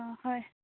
অঁ হয়